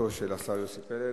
תשובתו של השר יוסי פלד.